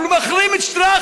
אבל הוא מחרים את שטראכה,